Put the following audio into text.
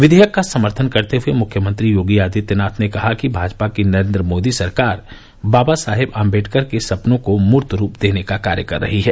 विवेयक का समर्थन करते हए मुख्यमंत्री योगी आदित्यनाथ ने कहा कि भाजपा की नरेन्द्र मोदी सरकार बाबा साहेब आंबेडकर के सपनों को मूर्त रूप देने का कार्य कर रही हैं